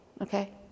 okay